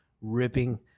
ripping